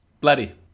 Bloody